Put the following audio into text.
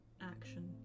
action